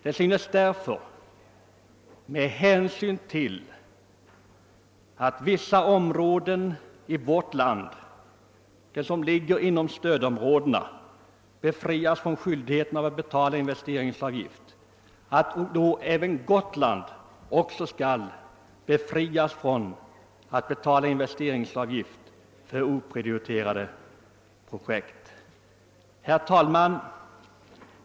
Med hänsyn härtill synes det skäligt att även Gotland erhåller den befrielse från skyldigheten att betala investeringsavgift för oprioriterade projekt som skall gälla de delar av vårt land som ligger inom stödområdet. Herr talman!